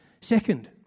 second